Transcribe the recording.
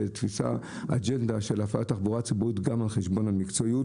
זו אג'נדה של הפעלת תחבורה ציבורית גם על חשבון המקצועיות.